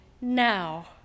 now